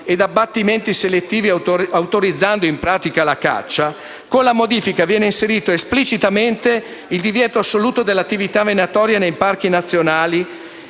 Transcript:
e abbattimenti selettivi, autorizzando in pratica la caccia, con la modifica viene inserito esplicitamente il divieto assoluto dell'attività venatoria nei parchi nazionali